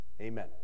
Amen